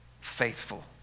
faithful